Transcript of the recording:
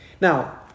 Now